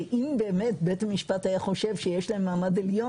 שאם באמת בית המשפט היה חושב שיש להם מעמד עליון,